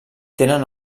tenen